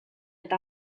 eta